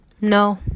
No